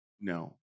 no